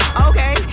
okay